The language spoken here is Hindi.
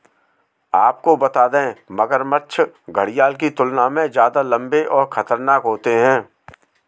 आपको बता दें, मगरमच्छ घड़ियाल की तुलना में ज्यादा लम्बे और खतरनाक होते हैं